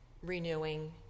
renewing